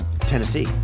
Tennessee